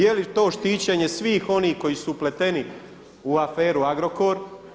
Je li to štićenje svih onih koji su upleteni u aferu Agrokor?